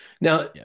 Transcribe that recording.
Now